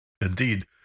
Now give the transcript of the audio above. indeed